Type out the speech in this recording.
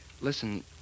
Listen